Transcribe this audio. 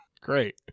Great